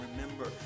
remember